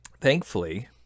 thankfully